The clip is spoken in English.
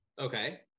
okay